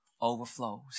overflows